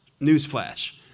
newsflash